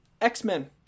X-Men